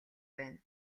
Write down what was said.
байна